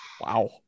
Wow